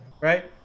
right